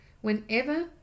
Whenever